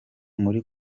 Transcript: muri